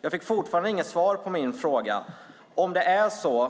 Jag har fortfarande inte fått svar på min fråga om det räcker